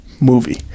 movie